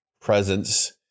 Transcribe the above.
presence